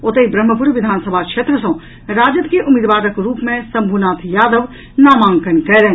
ओतहि ब्रम्हपुर विधानसभा क्षेत्र सँ राजद के उम्मीदवारक रूप मे शम्भू नाथ यादव नामांकन कयलनि